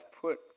put